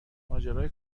ماجرای